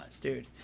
dude